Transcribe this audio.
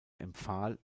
empfahl